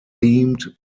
themed